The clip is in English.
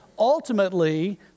ultimately